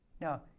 Now